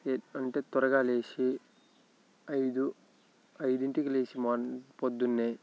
లే అంటే త్వరగా లేచి ఐదు ఐదింటికి లేచి మార్నింగ్ పొద్దున్నే